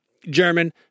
German